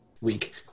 week